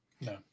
no